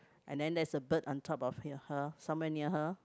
and then there's a bird on top of h~ her somewhere near her